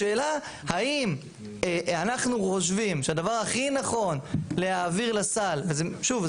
השאלה האם אנחנו חושבים שהדבר הכי נכון להעביר לסל ושוב,